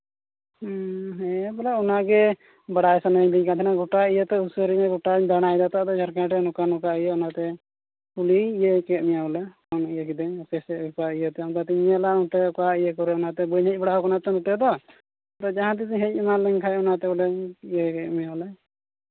ᱦᱮᱸ ᱦᱮᱸ ᱵᱚᱞᱮ ᱚᱱᱟ ᱜᱮ ᱵᱟᱲᱟᱭ ᱥᱟᱱᱟ ᱮᱫᱤᱧ ᱠᱟᱱ ᱛᱟᱦᱮᱱᱟ ᱜᱚᱴᱟ ᱤᱭᱟᱹ ᱛᱚ ᱜᱚᱴᱟ ᱥᱩᱥᱟᱹᱨᱤᱭᱟᱹ ᱜᱚᱴᱟᱧ ᱫᱟᱸᱲᱟᱭ ᱮᱫᱟᱛᱚ ᱟᱫᱚ ᱡᱷᱟᱲᱠᱷᱚᱸᱰ ᱨᱮ ᱱᱚᱝᱠᱟ ᱱᱚᱝᱠᱟ ᱤᱭᱟᱹ ᱚᱱᱟᱛᱮ ᱠᱩᱞᱤ ᱤᱭᱟᱹ ᱠᱮᱫ ᱢᱮᱭᱟ ᱵᱚᱞᱮ ᱯᱷᱳᱱ ᱤᱭᱟᱹ ᱠᱤᱫᱟᱹᱧ ᱦᱟᱯᱮ ᱥᱮ ᱚᱠᱟ ᱤᱭᱟᱹᱛᱮ ᱚᱱᱠᱟᱛᱮᱧ ᱧᱮᱞᱟ ᱱᱚᱛᱮ ᱚᱠᱟ ᱤᱭᱟᱹ ᱠᱚᱨᱮᱜ ᱚᱱᱟᱛᱮ ᱵᱟᱹᱧ ᱦᱮᱡ ᱵᱟᱲᱟᱣᱠᱟᱱᱟ ᱱᱚᱛᱮ ᱫᱚ ᱟᱫᱚ ᱡᱟᱦᱟᱸ ᱛᱤᱥ ᱤᱧ ᱦᱮᱡ ᱮᱢᱟᱱ ᱞᱮᱱᱠᱷᱟᱱ ᱚᱱᱟᱛᱮ ᱵᱚᱞᱮ ᱤᱭᱟᱹ ᱮᱜ ᱢᱮᱭᱟ ᱵᱚᱞᱮ